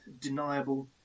deniable